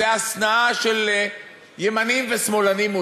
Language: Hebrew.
זו השנאה של ימנים ושמאלנים,